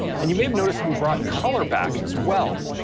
and you may have noticed that we've brought color back as well.